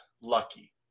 lucky